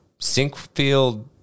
Sinkfield